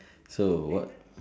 so what